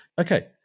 Okay